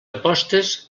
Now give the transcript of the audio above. apostes